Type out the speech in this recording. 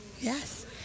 yes